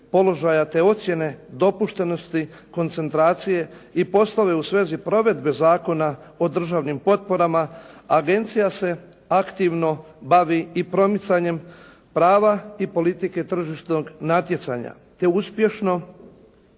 te ocjene dopuštenosti koncentracije i poslove u svezi provedbe Zakona o državnim potporama agencija se aktivno bavi i promicanjem prava i politike tržišnog natjecanja te uspješnom